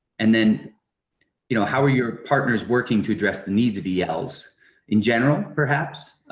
and then you know how are your partners working to address the needs of yeah els in general, perhaps?